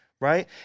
right